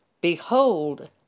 Behold